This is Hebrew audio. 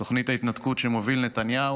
תוכנית ההתנתקות שמוביל נתניהו.